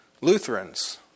Lutherans